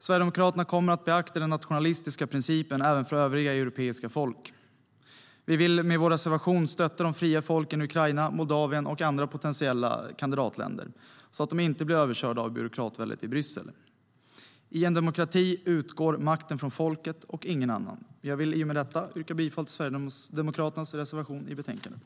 Sverigedemokraterna kommer att beakta den nationalistiska principen även för övriga europeiska folk. Vi vill med vår reservation stötta de fria folken i Ukraina, Moldavien och andra potentiella kandidatländer så att de inte blir överkörda av byråkratväldet i Bryssel. I en demokrati utgår makten från folket och inga andra. Jag vill i och med detta yrka bifall till Sverigedemokraternas reservation i utlåtandet.